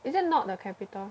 is it not the capital